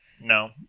no